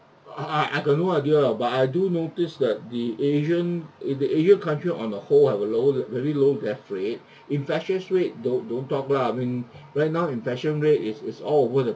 I I I got no idea uh but I do notice that the asian in the asia country the whole uh our low very low death rate infections rate don't don't talk lah I mean right now infection rate is is all over the